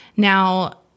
Now